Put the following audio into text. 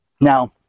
Now